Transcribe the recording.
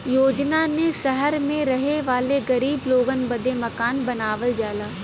योजना ने सहर मे रहे वाले गरीब लोगन बदे मकान बनावल जाला